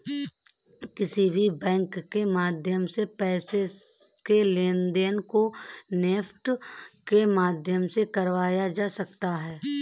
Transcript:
किसी भी बैंक के माध्यम से पैसे के लेनदेन को नेफ्ट के माध्यम से कराया जा सकता है